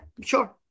sure